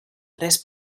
tres